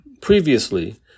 Previously